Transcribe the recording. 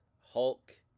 Hulk